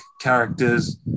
characters